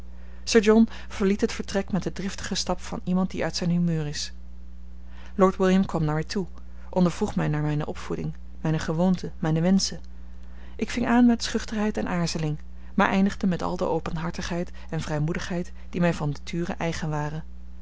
john verliet het vertrek met den driftigen stap van iemand die uit zijn humeur is lord william kwam naar mij toe ondervroeg mij naar mijne opvoeding mijne gewoonten mijne wenschen ik ving aan met schuchterheid en aarzeling maar eindigde met al de openhartigheid en vrijmoedigheid die mij van nature eigen waren